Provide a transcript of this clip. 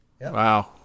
Wow